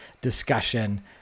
discussion